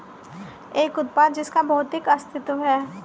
एक उत्पाद जिसका भौतिक अस्तित्व है?